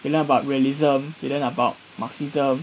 we learn about realism we learn about marxism